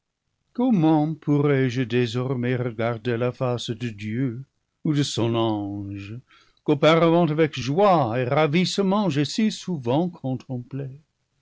gomment pourrais-je désor mais regarder la face de dieu ou de son ange qu'auparavant avec joie et ravissement j'ai si souvent